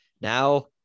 Now